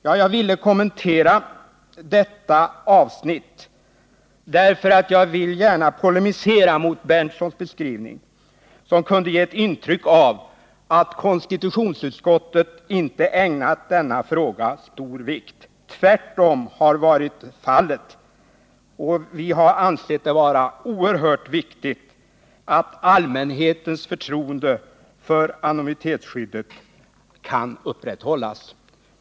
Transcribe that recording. d Jag kommenterar detta avsnitt därför att jag gärna vill polemisera mot Nils Berndtsons beskrivning, som kunde ge ett intryck av att konstitutionsutskottet inte ägnat denna fråga stor vikt. Tvärtom har så varit fallet. Och vi har ansett det vara oerhört viktigt att allmänhetens förtroende för anonymitetsskyddet kan upprätthållas.